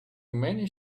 many